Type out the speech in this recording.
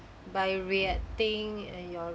by reacting and your